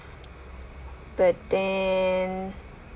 but then